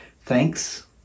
Thanks